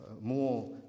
more